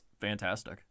fantastic